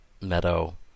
meadow